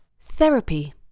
Therapy